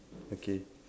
okay